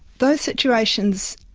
those situations,